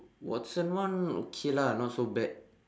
Watson one okay lah not so bad